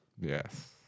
Yes